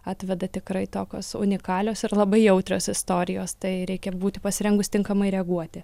atveda tikrai tokios unikalios ir labai jautrios istorijos tai reikia būti pasirengus tinkamai reaguoti